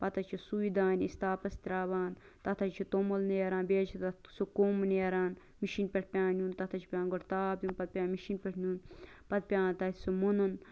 پَتہٕ حظ چھِ سے دانہ أسۍ تاپَس تراوان تتھ حظ چھُ توٚمُل نیران بیٚیہِ حظ چھ تتھ سُہ کُم نیران مِشیٖن پیٚٹھ پیٚوان نیُن تتھ حظ چھُ پیٚوان گۄڈٕ تاپھ دیُن پَتہٕ پیفوان مِشیٖن پیٚٹھ نیُن پتہٕ پیٚوان تتہِ سُہ مُنُن